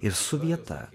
ir su vieta